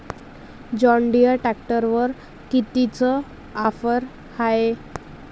John Deere ट्रॅक्टरवर कितीची offer हाये?